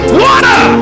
water